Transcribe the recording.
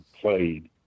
played